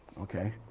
okay.